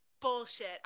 bullshit